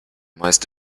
meist